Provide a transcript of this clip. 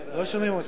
ערך מוסף (תיקון מס' 41) (מיסוי על בסיס מזומן),